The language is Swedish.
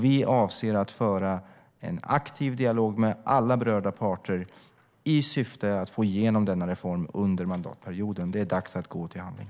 Vi avser att föra en aktiv dialog med alla berörda parter i syfte att få igenom denna reform under mandatperioden. Det är dags att skrida till handling.